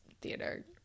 theater